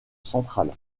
central